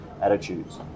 attitudes